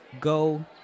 go